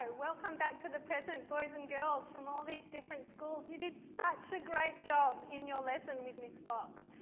ah welcome back to the present boys and girls from all these different schools, you did such a great job in your lesson with miss fox.